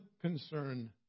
concern